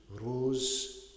rose